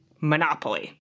monopoly